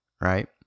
right